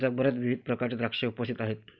जगभरात विविध प्रकारचे द्राक्षे उपस्थित आहेत